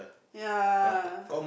ya